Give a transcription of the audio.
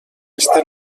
està